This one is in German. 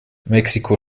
mexiko